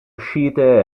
uscite